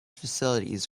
facilities